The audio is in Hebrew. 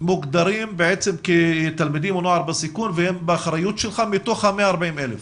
מוגדרים כתלמידים או נוער בסיכון והם באחריות שלך מתוך ה-140,000.